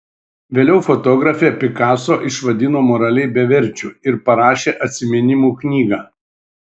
vėliau fotografė picasso išvadino moraliai beverčiu ir parašė atsiminimų knygą